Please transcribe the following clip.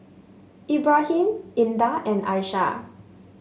Ibrahim Indah and Aishah